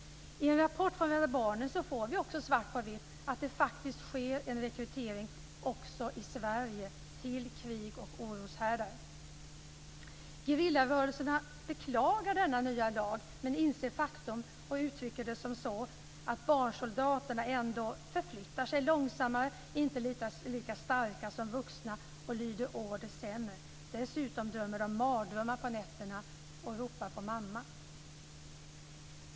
I en rapport från Rädda Barnen får vi svart på vitt om att det faktiskt sker en rekrytering också i Sverige till krig och oroshärdar. Gerillarörelserna beklagar denna nya lag men inser faktum och uttrycker att barnsoldaterna ändå förflyttar sig långsammare, inte är lika starka som vuxna och lyder order sämre. Dessutom drömmer de mardrömmar på nätterna och ropar på mamma.